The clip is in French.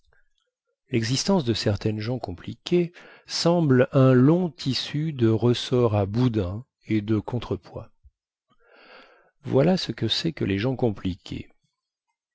lexistence de certaines gens compliqués semble un long tissu de ressorts à boudin et de contrepoids voilà ce que cest que les gens compliqués